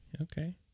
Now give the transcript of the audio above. Okay